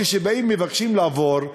כשהם באים ומבקשים לעבור,